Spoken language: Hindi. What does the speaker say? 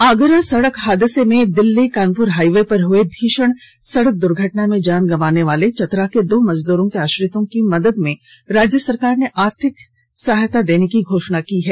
आगरा सड़क हादसे में दिल्ली कानपुर हाईवे पर हुए भीषण सड़क दुर्घटना में जान गवाने वाले चतरा के दो मजदूरों के आश्रितों के मदद में राज्य सरकार ने अर्थिक मदद की घोषणा की है